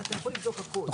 לא,